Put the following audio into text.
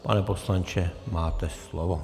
Pane poslanče, máte slovo.